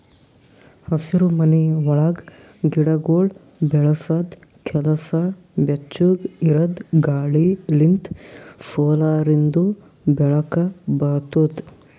ಹಸಿರುಮನಿ ಒಳಗ್ ಗಿಡಗೊಳ್ ಬೆಳಸದ್ ಕೆಲಸ ಬೆಚ್ಚುಗ್ ಇರದ್ ಗಾಳಿ ಲಿಂತ್ ಸೋಲಾರಿಂದು ಬೆಳಕ ಬರ್ತುದ